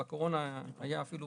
בקורונה הייתה אפילו